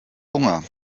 hunger